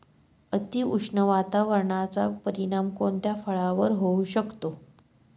अतिउष्ण वातावरणाचा परिणाम कोणत्या फळावर होऊ शकतो?